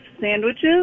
sandwiches